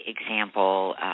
example